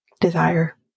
desire